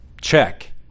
check